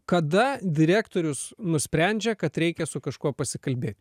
kada direktorius nusprendžia kad reikia su kažkuo pasikalbėti